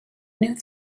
new